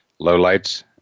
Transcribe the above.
lowlights